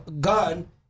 gun